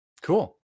cool